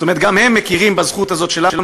זאת אומרת, גם הם מכירים בזכות הזאת שלנו.